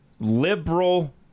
liberal